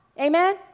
Amen